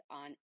on